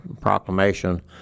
proclamation